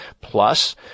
Plus